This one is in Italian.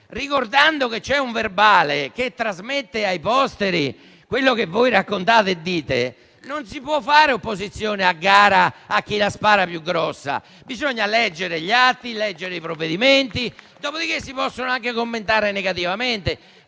ricordando che c'è un verbale che trasmette ai posteri quello che voi raccontate e dite, non si può fare a gara a chi la spara più grossa. Bisogna leggere gli atti, bisogna leggere i provvedimenti, dopodiché si possono anche commentare negativamente,